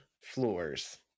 floors